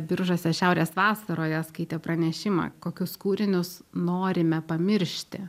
biržuose šiaurės vasaroje skaitė pranešimą kokius kūrinius norime pamiršti